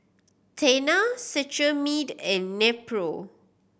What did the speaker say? Tena Cetrimide and Nepro